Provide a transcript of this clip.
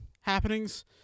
happenings